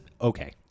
okay